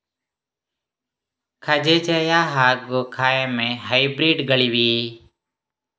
ಕಜೆ ಜಯ ಹಾಗೂ ಕಾಯಮೆ ಹೈಬ್ರಿಡ್ ಗಳಿವೆಯೇ?